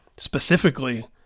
Specifically